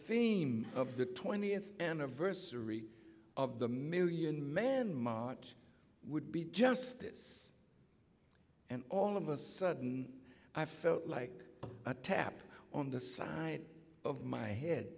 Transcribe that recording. theme of the twentieth anniversary of the million man march would be justice and all of a sudden i felt like a tap on the side of my head